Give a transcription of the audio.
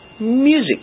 music